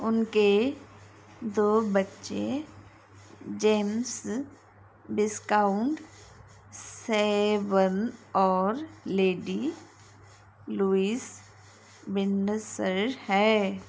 उनके दो बच्चे जेम्स विस्काउंट सेवर्न और लेडी लुईस विंडसर है